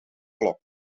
klok